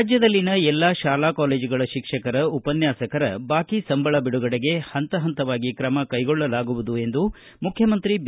ರಾಜ್ಬದಲ್ಲಿ ಎಲ್ಲಾ ಶಾಲಾ ಕಾಲೇಜುಗಳ ಶಿಕ್ಷಕರು ಉಪನ್ನಾಸಕರ ಬಾಕಿ ಸಂಬಳ ಬಿಡುಗಡೆಗೆ ಹಂತ ಹಂತವಾಗಿ ಕ್ರಮ ಕೈಗೊಳ್ಳಲಾಗುವುದು ಎಂದು ಮುಖ್ಚಮಂತ್ರಿ ಬಿ